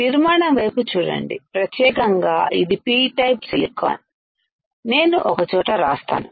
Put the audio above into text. నిర్మాణం వైపు చూడండి ప్రత్యేకంగా ఇది P టైప్ సిలికాన్ నేను ఒక చోట రాస్తాను